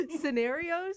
scenarios